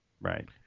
Right